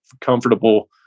comfortable